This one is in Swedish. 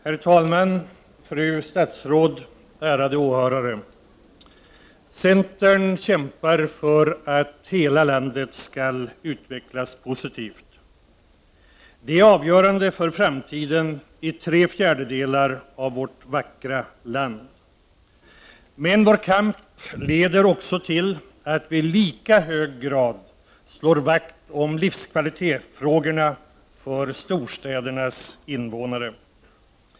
Herr talman! Fru statsråd! Ärade åhörare! Centern kämpar för att hela landet skall utvecklas positivt. Det är avgörande för framtiden i tre fjärdedelar av vårt vackra land. Vår kamp leder emellertid också till att vi i lika hög grad slår vakt om frågorna om livskvalitet för storstädernas invånare.